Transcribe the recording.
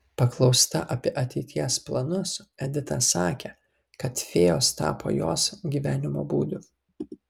paklausta apie ateities planus edita sakė kad fėjos tapo jos gyvenimo būdu